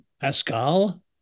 Pascal